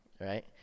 Right